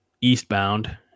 eastbound